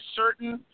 certain